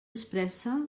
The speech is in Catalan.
expressa